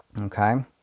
Okay